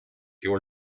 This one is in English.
your